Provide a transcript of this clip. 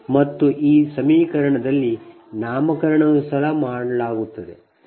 ಮತ್ತು ಈ ಸಮೀಕರಣದಲ್ಲಿ ನಾಮಕರಣವನ್ನು ಸಹ ನೀಡಲಾಗುತ್ತದೆ